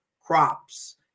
crops